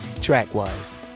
Track-wise